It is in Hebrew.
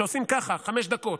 כשעושים ככה חמש דקות.